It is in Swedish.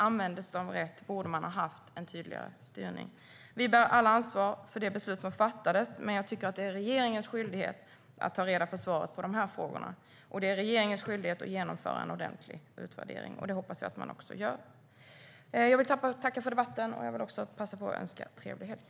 Användes de rätt? Borde man ha haft en tydligare styrning? Vi bär alla ansvar för det beslut som fattades, men jag tycker att det är regeringens skyldighet att ta reda på svaret på de här frågorna. Det är regeringens skyldighet att genomföra en ordentlig utvärdering, och det hoppas jag att man också gör. Jag tackar för debatten och passar på att önska trevlig helg.